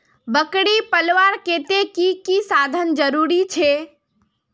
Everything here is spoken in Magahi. बकरी पलवार केते की की साधन जरूरी छे?